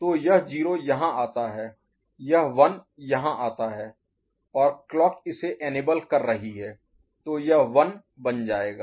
तो यह 0 यहाँ आता है यह 1 यहाँ आता है और क्लॉक इसे इनेबल कर रही है तो यह 1 बन जाएगा